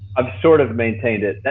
i've sort of maintained it.